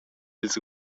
ils